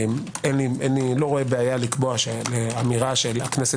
אני לא רואה בעיה לקבוע שאמירה שהכנסת